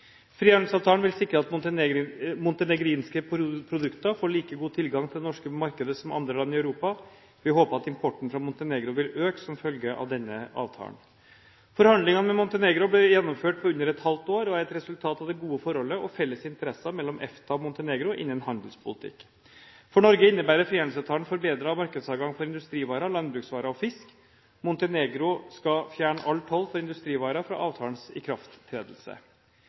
Frihandelsavtalen vil sikre at montenegrinske produkter får like god tilgang til det norske markedet som andre land i Europa. Vi håper at importen fra Montenegro vil øke som følge av denne avtalen. Forhandlingene med Montenegro ble gjennomført på under et halvt år og er et resultat av det gode forholdet og felles interesser mellom EFTA og Montenegro innen handelspolitikk. For Norge innebærer frihandelsavtalen forbedret markedsadgang for industrivarer, landbruksvarer og fisk. Montenegro skal fjerne all toll på industrivarer fra avtalens ikrafttredelse.